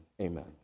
Amen